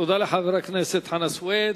תודה לחבר הכנסת חנא סוייד.